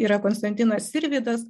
yra konstantinas sirvydas